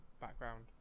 background